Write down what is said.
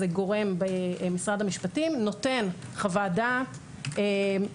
זה גורם במשרד המשפטים נותן חוות דעת